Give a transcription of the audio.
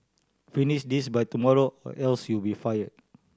finish this by tomorrow else you'll be fired